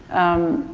um,